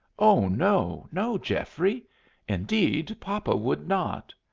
oh, no, no, geoffrey indeed, papa would not.